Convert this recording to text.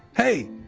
hey,